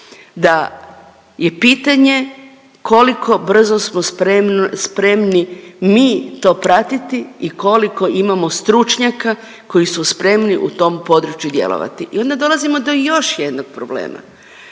da je pitanje koliko brzo smo spremni mi to pratiti i koliko imamo stručnjaka koji su spremni u tom području djelovati. I onda dolazimo do još jednog problema.